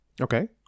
Okay